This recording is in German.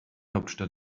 hauptstadt